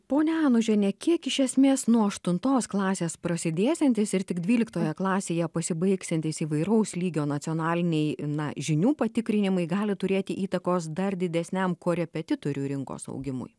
ponia anužiene kiek iš esmės nuo aštuntos klasės prasidėsiantis ir tik dvyliktoje klasėje pasibaigsiantys įvairaus lygio nacionaliniai na žinių patikrinimai gali turėti įtakos dar didesniam korepetitorių rinkos augimui